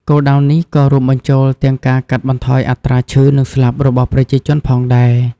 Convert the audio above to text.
គោលដៅនេះក៏រួមបញ្ចូលទាំងការកាត់បន្ថយអត្រាឈឺនិងស្លាប់របស់ប្រជាជនផងដែរ។